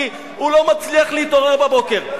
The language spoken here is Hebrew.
כי הוא לא מצליח להתעורר בבוקר.